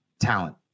talent